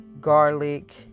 garlic